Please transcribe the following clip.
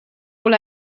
wohl